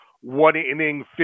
one-inning